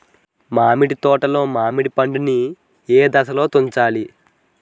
మామిడి తోటలో మామిడి పండు నీ ఏదశలో తుంచాలి?